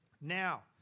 Now